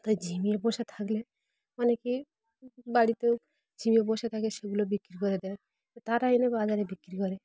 তাই ঝিমিয়ে বসা থাকলে মানে কি বাড়িতেও ঝিমিয়ে বসা থাকে সেগুলো বিক্রি করে দেয় তারা এনে বাজারে বিক্রি করে